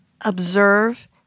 observe